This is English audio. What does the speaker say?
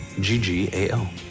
G-G-A-L